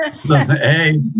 Hey